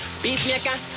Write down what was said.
Peacemaker